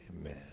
Amen